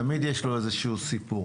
תמיד יש לו איזשהו סיפור.